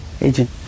agent